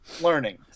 learning